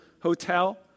hotel